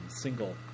single